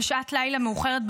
בשעת לילה מאוחרת,